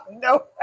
No